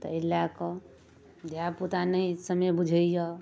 तऽ एहि लऽ कऽ धिआपुता नहि समय बुझैए